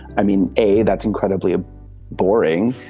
i mean, a that's incredibly ah boring.